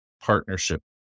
partnership